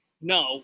No